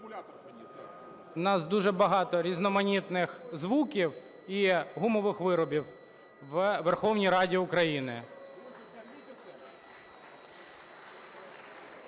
У нас дуже багато різноманітних звуків і гумових виробів у Верховній Раді України.